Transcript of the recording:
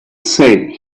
say